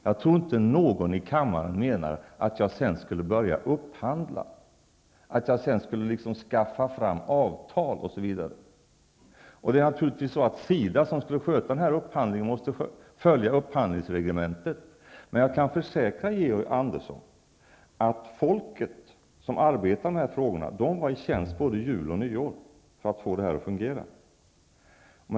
Jag tror inte att någon i kammaren menar att jag sedan skulle ha börjat upphandla, att jag skulle ha skaffat fram avtal osv. SIDA, som skulle sköta denna upphandling, måste följa upphandlingsreglementet. Men jag kan försäkra Georg Andersson att de människor som arbetade med dessa frågor var i tjänst både jul och nyår för att få detta att fungera.